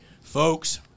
Folks